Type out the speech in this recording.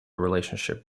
relationship